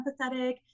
empathetic